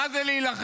מה זה להילחם.